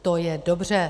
To je dobře.